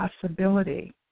possibility